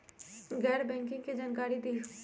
गैर बैंकिंग के जानकारी दिहूँ?